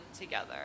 together